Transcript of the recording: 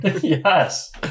yes